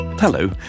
Hello